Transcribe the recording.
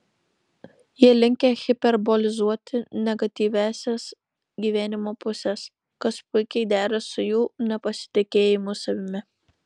jie linkę hiperbolizuoti negatyviąsias gyvenimo puses kas puikiai dera su jų nepasitikėjimu savimi